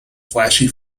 flashy